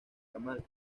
ramal